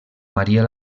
maria